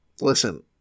listen